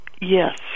Yes